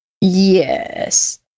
Yes